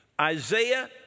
Isaiah